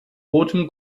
rotem